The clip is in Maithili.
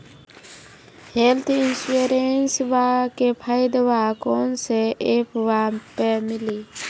हेल्थ इंश्योरेंसबा के फायदावा कौन से ऐपवा पे मिली?